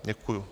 Děkuju.